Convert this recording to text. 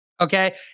okay